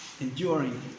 Enduring